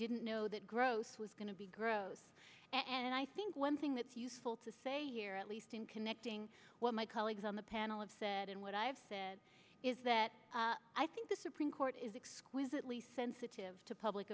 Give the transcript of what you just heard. didn't know that gross was going to be growth and i think one thing that's useful to say here at least in connecting with my colleagues on the panel of said and what i've said is that i think the supreme court is exquisitely sensitive to public